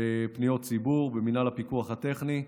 ופניות ציבור במינהל הפיקוח הטכני.